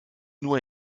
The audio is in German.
nur